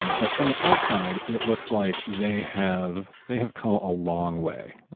ah but from the outside, it looks like they have they have come a long way.